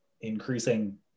increasing